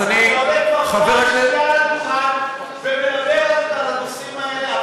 אתה עולה כבר פעם שנייה לדוכן ומדבר על הנושאים האלה,